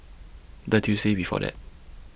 The Tuesday before that